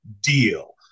deal